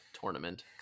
tournament